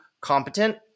competent